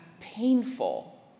painful